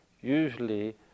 usually